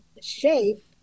shape